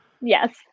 Yes